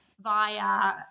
via